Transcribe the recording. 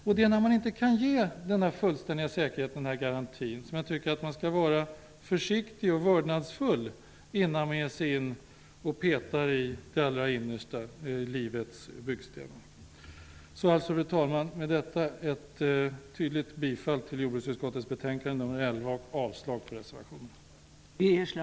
Om man inte kan ge denna fullständiga säkerhet och garanti tycker jag att man skall vara försiktig och vördnadsfull innan man ger sig in i och petar i det allra innersta, livets byggstenar. Fru talman! Med det anförda vill jag yrka ett tydligt bifall till hemställan i jordbruksutskottets betänkande 11 och avslag på reservationerna.